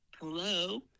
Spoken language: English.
Hello